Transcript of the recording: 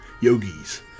yogis